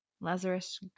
Lazarus